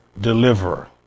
deliverer